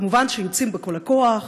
כמובן יוצאים בכל הכוח,